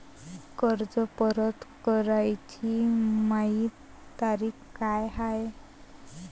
कर्ज परत कराची मायी तारीख का हाय?